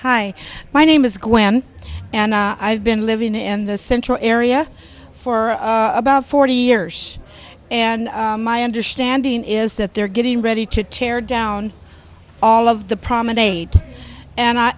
hi my name is glenn and i've been living in the central area for about forty years and my understanding is that they're getting ready to tear down all of the promenade and i